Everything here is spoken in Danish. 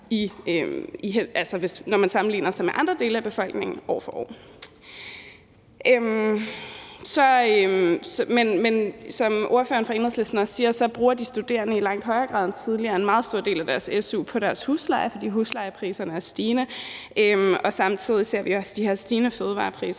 når man sammenligner sig med andre dele af befolkningen. Som ordføreren for Enhedslisten også siger, bruger de studerende i langt højere grad end tidligere en meget stor del af deres su på deres husleje, fordi huslejen er stigende. Vi ser samtidig også de her stigende fødevarepriser